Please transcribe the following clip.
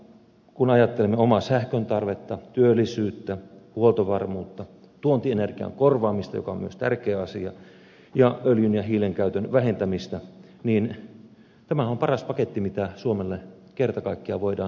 kun ajattelemme omaa sähköntarvetta työllisyyttä huoltovarmuutta tuontienergian korvaamista joka on myös tärkeä asia ja öljyn ja hiilen käytön vähentämistä niin tämähän on paras paketti mitä suomelle kerta kaikkiaan voidaan saada aikaan